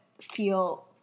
feel